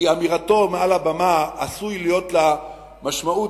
כי אמירתו מעל הבמה עשויה להיות לה משמעות